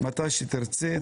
בבקשה.